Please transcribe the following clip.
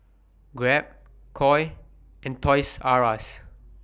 Grab Koi and Toys R US